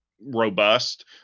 robust